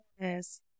yes